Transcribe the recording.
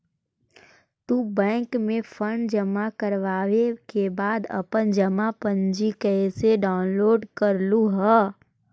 तू बैंक में फंड जमा करवावे के बाद अपन जमा पर्ची कैसे डाउनलोड करलू हल